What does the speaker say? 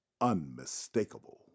unmistakable